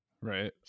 right